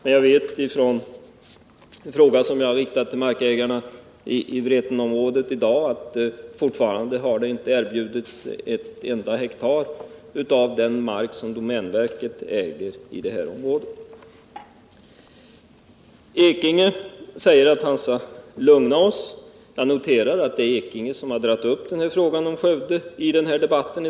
I dag har jag riktat en fråga till markägarna i Vretenområdet och vet därför att de fortfarande inte har erbjudits ett enda hektar av den mark som domänverket äger i detta område. Bernt Ekinge sade att han kunde lugna oss. Jag noterar att det är Bernt Ekinge som har tagit upp frågan om Skövde i dagens debatt.